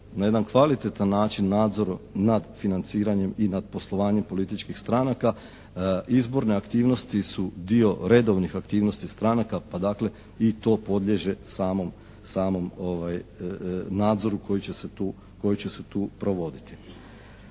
na jedan kvalitetan način nadzor nad financiranjem i nad poslovanje političkih stranaka izborne aktivnosti su dio redovnih aktivnosti stranaka pa, dakle, i to podliježe samom nadzoru koji će se tu provoditi.